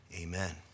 amen